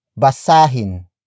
basahin